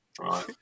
Right